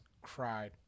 cried